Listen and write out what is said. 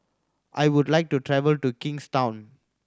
I would like to travel to Kingstown